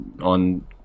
on